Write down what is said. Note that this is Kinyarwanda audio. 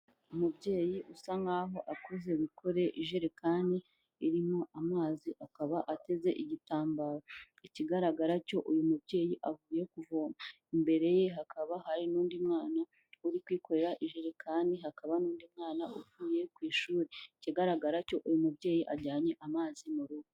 Umubyeyi usa nkaho akuze wikore ijerekani irimo amazi akaba ateze igitambaro, ikigaragara cyo uyu mubyeyi avuye kuvoma, imbere ye hakaba hari n'undi mwana uri kwikorera ijerekani, hakaba n'undi mwana uvuye ku ishuri, ikigaragara cyo uyu mubyeyi ajyanye amazi mu rugo.